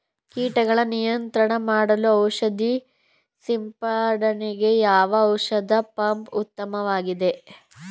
ಕೀಟಗಳ ನಿಯಂತ್ರಣ ಮಾಡಲು ಔಷಧಿ ಸಿಂಪಡಣೆಗೆ ಯಾವ ಔಷಧ ಪಂಪ್ ಉತ್ತಮವಾಗಿದೆ?